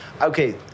Okay